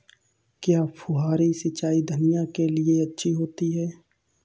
क्या फुहारी सिंचाई धनिया के लिए अच्छी होती है?